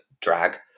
drag